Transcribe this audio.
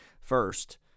First